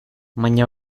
baina